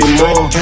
more